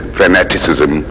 fanaticism